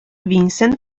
vincent